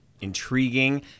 Intriguing